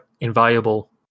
invaluable